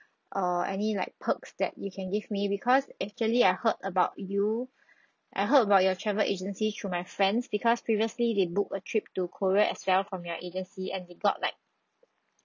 err any like perks that you can give me because actually I heard about you I heard about your travel agency through my friends because previously they booked a trip to korea as well from your agency and they got like